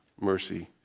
mercy